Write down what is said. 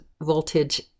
Voltage